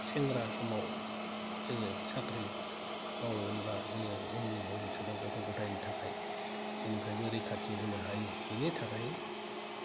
सेंग्रा समाव जोङो साख्रि मावोब्ला जोङो उननि बबिसतआव गथ' गथायनि थाखाय जेनिफ्रायबो रैखाथि होनो हायो बेनि थाखाय